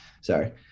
Sorry